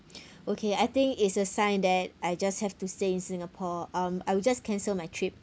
okay I think it's a sign that I just have to stay in singapore um I will just cancel my trip